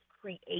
create